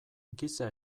giza